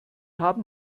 haben